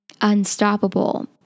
unstoppable